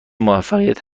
موفقیت